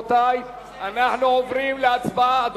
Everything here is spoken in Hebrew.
אנחנו עוברים להצבעה בקריאה שלישית,